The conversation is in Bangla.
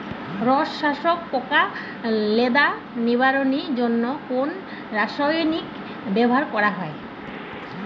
রস শোষক পোকা লেদা নিবারণের জন্য কোন রাসায়নিক ব্যবহার করা হয়?